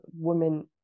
women